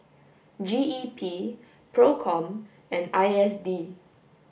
G E P PROCOM and I S D